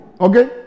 Okay